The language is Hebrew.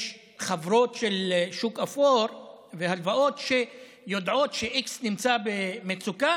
יש חברות של שוק אפור והלוואות שיודעות ש-x נמצא במצוקה,